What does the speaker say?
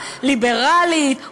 ליברלית,